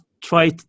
try